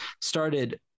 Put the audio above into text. started